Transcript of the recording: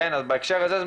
אז בהקשר הזה,